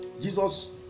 jesus